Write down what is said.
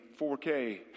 4K